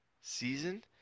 season